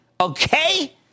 Okay